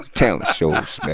talent shows, man.